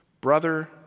Brother